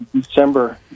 December